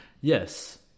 yes